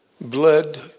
bled